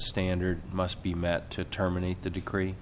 standard must be met to terminate the degree